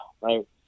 right